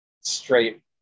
straight